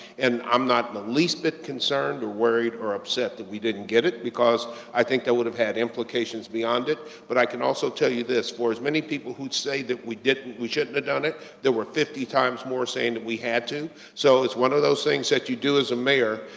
and i'm not in the least bit concerned or worried or upset that we didn't get it, because i think that would have had implications beyond it. but i can also tell you this, for as many people who'd said that we didn't, we shouldn't have done it, there were fifty times more saying that we had to. so it's one of those things that you do as a mayor,